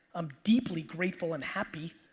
i'm deeply grateful and happy.